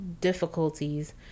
difficulties